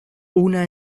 una